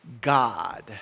God